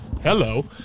Hello